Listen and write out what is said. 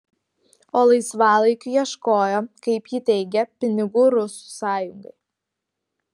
o laisvalaikiu ieškojo kaip ji teigė pinigų rusų sąjungai